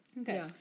Okay